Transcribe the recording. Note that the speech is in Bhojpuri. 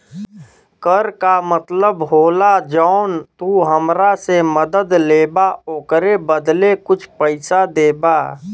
कर का मतलब होला जौन तू हमरा से मदद लेबा ओकरे बदले कुछ पइसा देबा